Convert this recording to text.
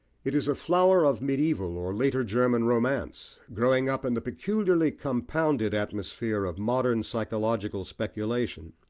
it is a flower of medieval or later german romance, growing up in the peculiarly compounded atmosphere of modern psychological speculation,